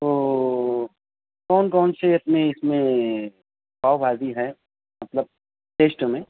تو کون کون سے اِس میں اِس میں پاؤ بھاجی ہیں مطلب لسٹ میں